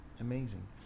amazing